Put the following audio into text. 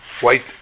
white